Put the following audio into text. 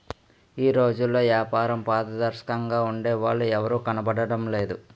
ఈ రోజుల్లో ఏపారంలో పారదర్శకంగా ఉండే వాళ్ళు ఎవరూ కనబడడం లేదురా